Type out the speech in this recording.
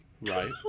Right